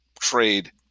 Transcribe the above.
trade